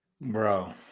Bro